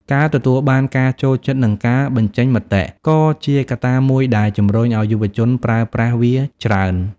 ការទទួលបានការចូលចិត្តនិងការបញ្ចេញមតិ ក៏ជាកត្តាមួយដែលជំរុញឱ្យយុវជនប្រើប្រាស់វាច្រើន។